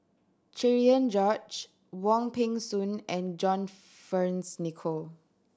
Cherian George Wong Peng Soon and John Fearns Nicoll